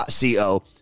.co